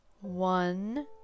one